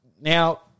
now